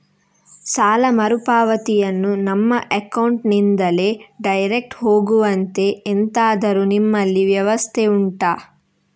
ಸಾಲ ಮರುಪಾವತಿಯನ್ನು ನಮ್ಮ ಅಕೌಂಟ್ ನಿಂದಲೇ ಡೈರೆಕ್ಟ್ ಹೋಗುವಂತೆ ಎಂತಾದರು ನಿಮ್ಮಲ್ಲಿ ವ್ಯವಸ್ಥೆ ಉಂಟಾ